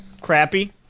crappy